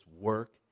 work